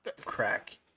crack